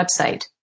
website